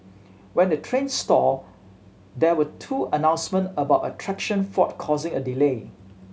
when the train stalled there were two announcement about a traction fault causing a delay